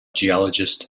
geologist